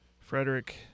Frederick